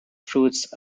fruits